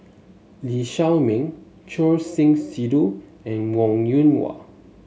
Lee Shao Meng Choor Singh Sidhu and Wong Yoon Wah